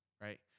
Right